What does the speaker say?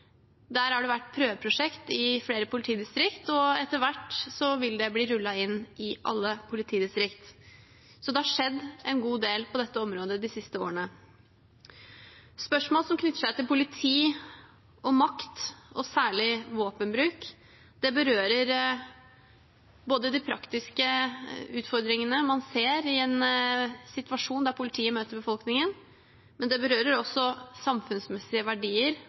Der har det vært prøveprosjekt i flere politidistrikt, og etter hvert vil det bli rullet ut i alle politidistrikt. Så det har skjedd en god del på dette området de siste årene. Spørsmål som knytter seg til politi og makt, og særlig våpenbruk, berører de praktiske utfordringene man ser i en situasjon der politiet møter befolkningen, men det berører også samfunnsmessige verdier